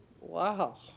Wow